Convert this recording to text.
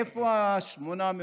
איפה 840